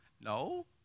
No